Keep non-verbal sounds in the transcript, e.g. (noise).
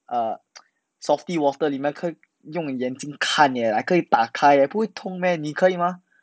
err (noise) salty water 里面可以用眼睛看远啊可以打开 eh 不会痛 meh 你可以吗